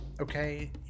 okay